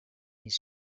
his